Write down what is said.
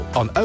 on